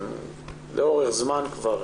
לאורך זמן כבר,